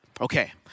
okay